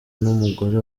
n’umugore